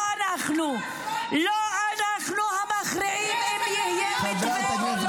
--- היא אמרה שחמאס זה חלק מהעם שלה --- חברת הכנסת